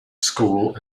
school